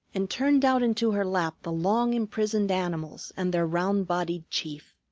and turned out into her lap the long-imprisoned animals and their round-bodied chief.